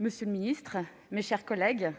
monsieur le ministre, mes chers collègues,